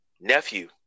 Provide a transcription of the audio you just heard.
nephew